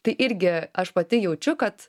tai irgi aš pati jaučiu kad